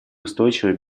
устойчивой